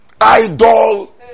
Idol